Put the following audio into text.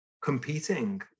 competing